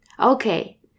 Okay